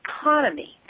economy